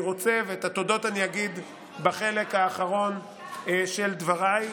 את התודות אני אגיד בחלק האחרון של דבריי,